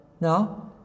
No